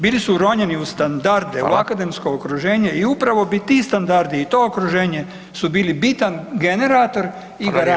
Bili su uronjeni u standarde u akademsko okruženje [[Upadica: Hvala.]] i upravo bi ti standardi i to okruženje su bili bitan generator i garante